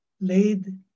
laid